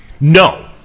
No